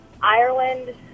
Ireland